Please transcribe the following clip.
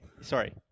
sorry